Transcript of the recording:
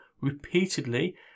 repeatedly